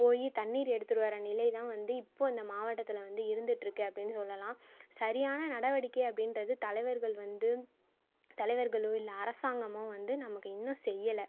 போய் தண்ணீர் எடுத்துகிட்டு வர நிலை தான் வந்து இப்போது இந்த மாவட்டத்தில் வந்து இருந்துகிட்டு இருக்குது அப்படினு சொல்லலாம் சரியான நடவடிக்கை அப்படின்றது தலைவர்கள் வந்து தலைவர்களோ இல்லை அரசாங்கமோ வந்து நமக்கு இன்னும் செய்யலை